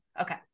Okay